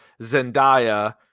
Zendaya